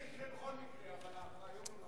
לא, עזוב, זה יקרה בכל מקרה, אבל הרעיון הוא נכון.